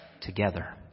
together